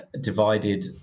divided